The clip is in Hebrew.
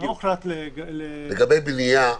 מה הוחלט לגבי --- לגבי הבנייה,